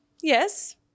yes